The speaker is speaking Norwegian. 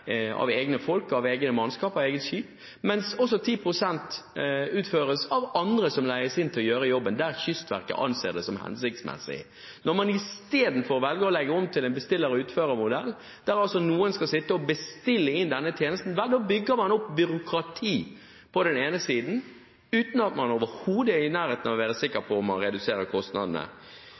av egne folk, av eget mannskap og egne skip, mens 10 pst. utføres av andre som leies inn til å gjøre jobben, der Kystverket anser det som hensiktsmessig. Når man i stedet velger å legge om til en bestiller- og utførermodell, der noen skal sitte og bestille inn denne tjenesten, da bygger man opp byråkrati – uten at man overhodet er i nærheten av å være sikker på om man reduserer kostnadene.